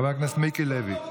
חבר הכנסת מיקי לוי.